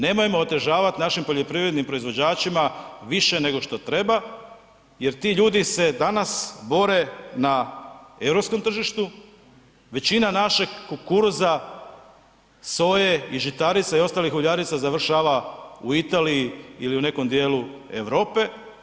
Nemojmo otežavati našim poljoprivrednim proizvođačima više nego što treba jer ti ljudi se danas bore na europskom tržištu, većina našeg kukuruza, soje i žitarica i ostalih uljarica završava u Italiji ili u nekom dijelu Europe.